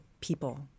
people